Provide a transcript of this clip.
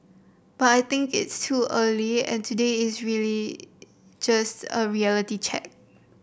but I think it is too early and today is really just a reality check